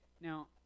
Now